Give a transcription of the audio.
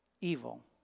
evil